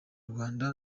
rwanda